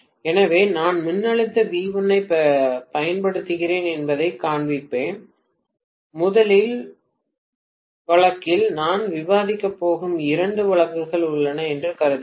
எனவே நான் மின்னழுத்த V1 ஐப் பயன்படுத்துகிறேன் என்பதைக் காண்பிப்பேன் முதல் வழக்கில் நான் விவாதிக்கப் போகும் இரண்டு வழக்குகள் உள்ளன என்று கருதுகிறேன்